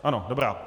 Ano, dobrá.